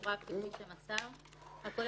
הזהות יכול שיהיה גם מספר זהותו בכרטיס